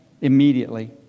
immediately